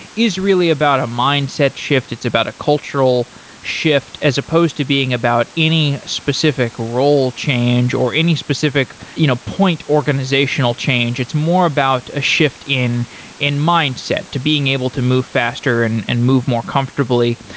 is really about a mindset shift. it's about a cultural shift as supposed to being about any specific role change or any specific you know point organizational change. it's more about a shift in in mindset to being able to move faster and and move more comfortably.